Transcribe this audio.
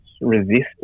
resistance